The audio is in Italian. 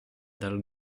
dal